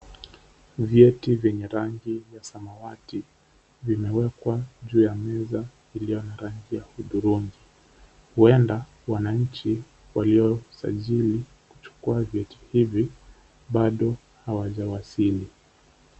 Vyeti vyenye rangi ya samawati vimeekwa juu ya meza iliyo na rangi ya hudhurungi, huenda wananchi waliosajili kuchukua vyeti hivi bado hawajawasili.